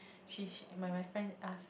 she she my my friend ask